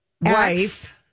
wife